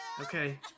Okay